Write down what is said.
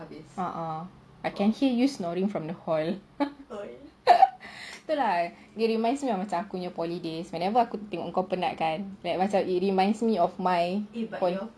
a'ah I can hear you snoring from the hall itu lah it reminds me macam aku punya poly days whenever aku tengok muka kau penat kan like macam it reminds me of my poly